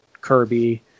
Kirby